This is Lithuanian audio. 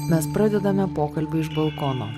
mes pradedame pokalbį iš balkono